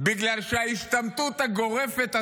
בגלל שההשתמטות הגורפת הזאת,